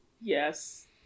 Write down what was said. Yes